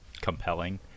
compelling